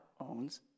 owns